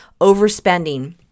overspending